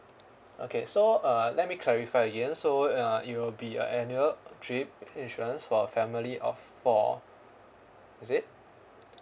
okay so uh let me clarify again so uh it will be a annual trip insurance for a family of four is it